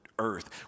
earth